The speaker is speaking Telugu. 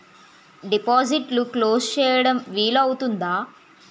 డిపాజిట్లు క్లోజ్ చేయడం వీలు అవుతుందా?